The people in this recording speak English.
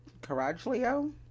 Caraglio